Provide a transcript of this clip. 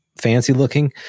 fancy-looking